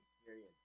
experience